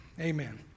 amen